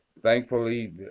thankfully